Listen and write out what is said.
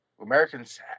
Americans